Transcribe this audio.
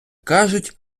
кажуть